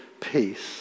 peace